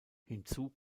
hinzu